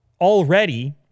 Already